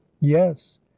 yes